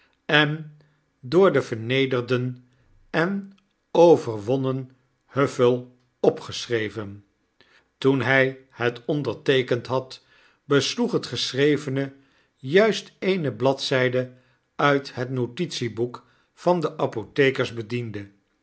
en door den vernederenden en overwonnen huffell opgeschreven toen hy het onderteekend had besloeg het geschrevene juist eene bladzyde uit het notitieboek van den apothekersbediende